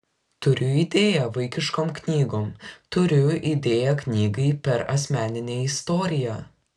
turiu idėją vaikiškom knygom turiu idėją knygai per asmeninę istoriją